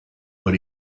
but